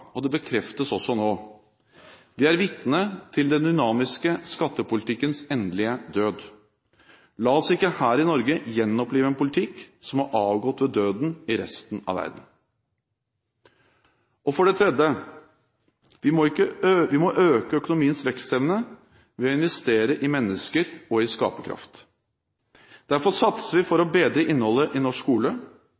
og det bekreftes også nå: Vi er vitne til den dynamiske skattepolitikkens endelige død. La oss ikke her i Norge gjenopplive en politikk som har avgått ved døden i resten av verden. For det tredje: Vi må øke økonomiens vekstevne ved å investere i mennesker og skaperkraft. Derfor satser vi for å